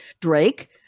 Drake